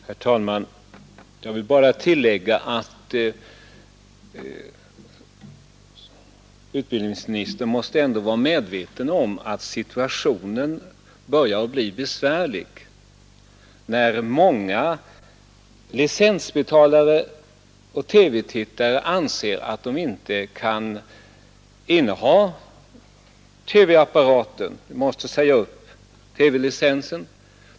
Herr talman! Jag vill bara tillägga att utbildningsministern ändå måste vara medveten om att situationen börjar bli besvärlig, när många TV-tittare anser att de inte kan inneha TV-apparaten utan måste säga upp TV-licensen.